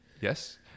Yes